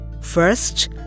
First